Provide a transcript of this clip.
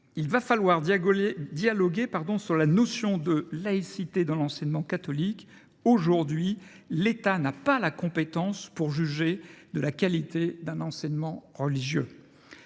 Il va falloir dialoguer sur la notion de laïcité dans l’enseignement catholique. Aujourd’hui, l’État n’a pas la compétence pour juger de la qualité d’un enseignement religieux.